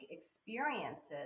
experiences